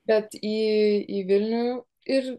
bet į į vilnių ir